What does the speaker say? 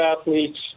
athletes